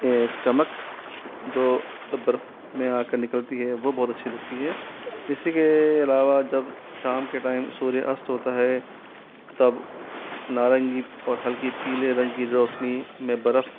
एक चमक जो बर्फ में आकर निकलती है वो बहुत अच्छी लगती है इसके अलावा जब शाम के टाइम सूर्य अस्त होता है तब नारंगी और हल्की पीले रंग की रौशनी में बर्फ